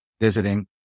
visiting